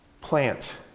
Plant